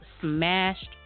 smashed